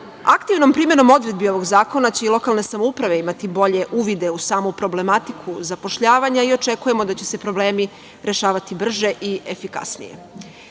primenom odredbi ovog zakona će i lokalne samouprave imati bolje uvide u samu problematiku zapošljavanja i očekujemo da će se problemi rešavati brže i efikasnije. Kada